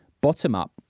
bottom-up